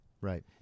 right